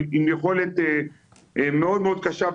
עם יכולת מאוד קשה,